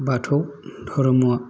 बाथौ धर्म